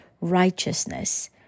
righteousness